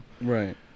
Right